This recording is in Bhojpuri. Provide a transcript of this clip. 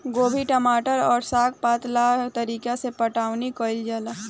गोभी, टमाटर आ साग पात ला एह तरीका से पटाउनी कईल जाला